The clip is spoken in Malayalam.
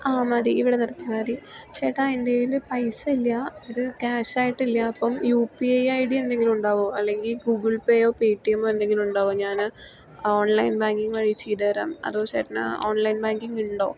ആ മതി ഇവിടെ നിർത്തിയാൽ മതി ചേട്ടാ എൻ്റെ കയ്യില് പൈസയില്ല അത് ക്യാഷ് ആയിട്ടില്ല അപ്പം U P I I D എന്തെങ്കിലും ഉണ്ടാകുവോ അല്ലെങ്കിൽ ഗൂഗിൾ പേയോ പേറ്റിഎമ്മോ എന്തെങ്കിലും ഉണ്ടാകുവോ ഞാന് ഓൺലൈൻ ബാങ്കിങ് വഴി ചെയ്ത് തരാം അതോ ചേട്ടന് ഓൺലൈൻ ബാങ്കിങ് ഉണ്ടോ